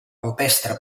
rupestre